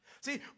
See